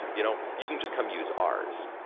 you know you can just come use ours.